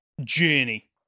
Journey